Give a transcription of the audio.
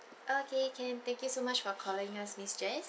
okay can thank you so much for calling us miss jess